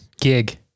gig